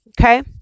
Okay